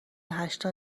هشت